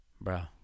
Bro